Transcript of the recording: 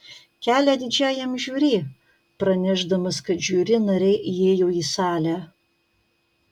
kelią didžiajam žiuri pranešdamas kad žiuri nariai įėjo į salę